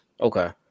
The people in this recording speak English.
Okay